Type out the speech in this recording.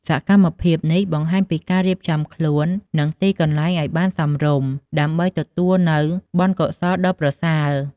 សកម្មភាពនេះបង្ហាញពីការរៀបចំខ្លួន និងទីកន្លែងឱ្យបានសមរម្យ ដើម្បីទទួលនូវបុណ្យកុសលដ៏ប្រសើរ។